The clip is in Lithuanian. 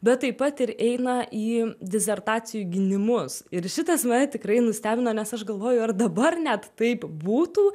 bet taip pat ir eina į disertacijų gynimus ir šitas mane tikrai nustebino nes aš galvoju ar dabar net taip būtų